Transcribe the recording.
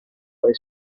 their